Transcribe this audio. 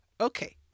Okay